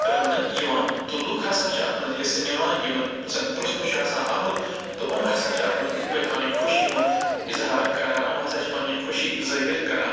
رَنٛنہٕ یِوان تہٕ لُکھ ہسا چھِ اَتھ منٛز حِصہٕ نِوان یِمَن زَنہٕ پرژھنہٕ چھُ آسان آمُت تہٕ یِم ہسا چھِ اَتھ منٛز اِتھ پٲٹھۍ پَنٕنۍ خوشی ہُنٛد اظہار کران یِم ہسا چھِ پَنٛنہِ خوشی ظٲہِر کران